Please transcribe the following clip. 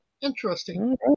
Interesting